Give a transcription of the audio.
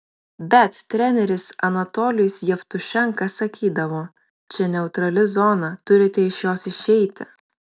bet treneris anatolijus jevtušenka sakydavo čia neutrali zona turite iš jos išeiti